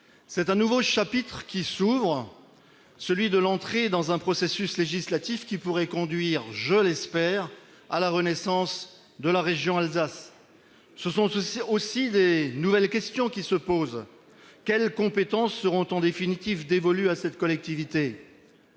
C'est un nouveau chapitre qui s'ouvre, celui de l'entrée dans un processus législatif qui pourrait conduire, je l'espère, à la renaissance de la région Alsace. Ce sont aussi des nouvelles questions qui se posent : quelles compétences seront en définitive dévolues à cette collectivité ?